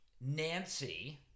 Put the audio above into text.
Nancy